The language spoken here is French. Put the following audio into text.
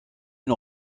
une